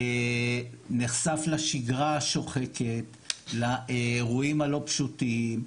נחשף לשגרה השוחקת, לאירועים הלא פשוטים.